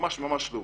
ממש ממש לא.